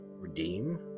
redeem